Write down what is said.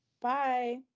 bye